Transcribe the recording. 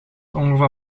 ongeval